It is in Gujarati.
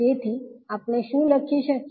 તેથી આપણે શું લખી શકીએ